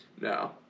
No